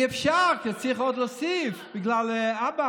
אי-אפשר, כי צריך להוסיף עוד, בגלל עבאס.